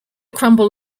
crumble